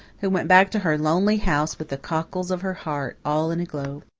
who went back to her lonely house with the cockles of her heart all in a glow.